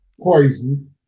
poison